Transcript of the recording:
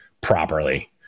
properly